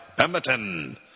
Pemberton